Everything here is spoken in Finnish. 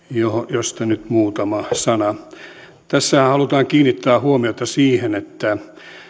josta nyt muutama sana tässä halutaan kiinnittää huomiota siihen että